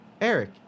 Eric